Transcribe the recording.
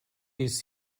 ist